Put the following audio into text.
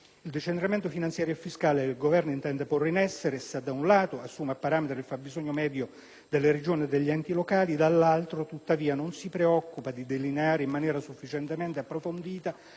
Il decentramento finanziario e fiscale che il Governo intende porre in essere se da un lato assume a parametro il fabbisogno medio delle Regioni e degli enti locali, dall'altro, tuttavia, non si preoccupa di delineare in maniera sufficientemente approfondita